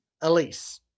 Elise